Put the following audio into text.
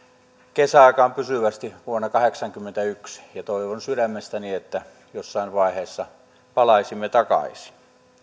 kesäaikaan pysyvästi vuonna kahdeksankymmentäyksi toivon sydämestäni että jossain vaiheessa palaisimme takaisin